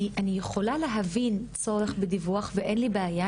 אני יכולה להבין צורך בדיווח ואין לי בעיה